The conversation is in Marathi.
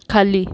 खाली